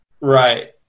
Right